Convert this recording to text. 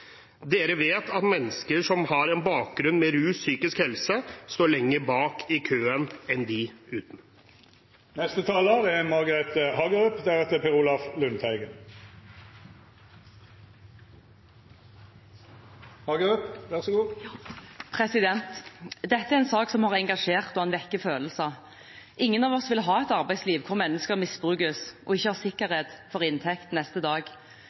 Dere vet at mennesker som har en bakgrunn med rus eller psykisk helse, står lenger bak i køen enn de uten. Dette er en sak som har engasjert og vekket følelser. Ingen av oss vil ha et arbeidsliv hvor mennesker misbrukes og ikke har sikkerhet for inntekt neste dag.